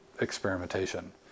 experimentation